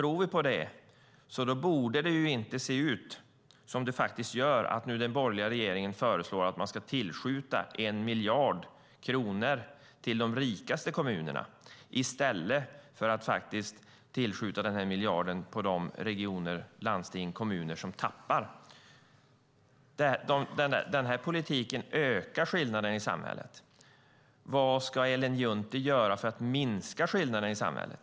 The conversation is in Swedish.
Om vi tror på det borde det inte se ut som det faktiskt gör, nämligen att den borgerliga regeringen föreslår att 1 miljard kronor ska tillskjutas till de rikaste kommunerna i stället för att tillskjuta den miljarden till de regioner, landsting och kommuner som tappar inkomster. Den här politiken ökar skillnaden i samhället. Vad ska Ellen Juntti göra för att minska skillnaden i samhället?